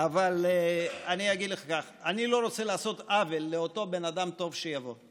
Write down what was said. אבל אני אגיד לך כך: אני לא רוצה לעשות עוול לאותו בן אדם טוב שיבוא,